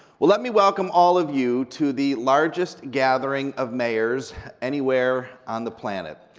well let me welcome all of you to the largest gathering of mayors anywhere on the planet.